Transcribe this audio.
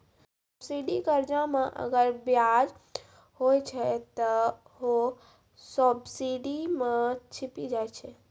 subsidy कर्जा मे अगर बियाज हुवै छै ते हौ सब्सिडी मे छिपी जाय छै